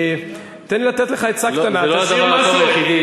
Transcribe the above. תן לי לתת לך עצה קטנה: תשאיר משהו,